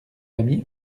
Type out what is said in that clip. amis